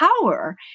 power